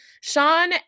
Sean